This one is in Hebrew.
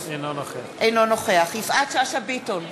אינו נוכח יפעת שאשא ביטון,